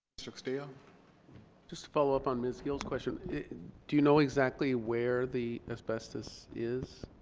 mr castillo just follow up on ms gill's question do you know exactly where the asbestos is?